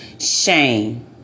shame